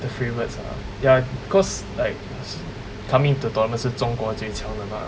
the favourites ah ya because like coming to tournament 是中国最强的 lah